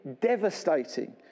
devastating